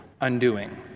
undoing